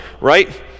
right